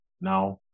now